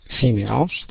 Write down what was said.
females